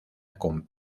con